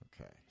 okay